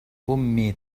أمي